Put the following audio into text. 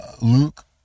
Luke